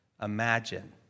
imagine